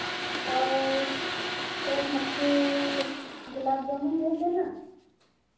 और एक मटकी ग़ुलाब जामुन भेज देना